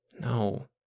No